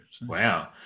Wow